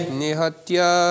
nihatya